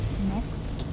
Next